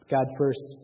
God-first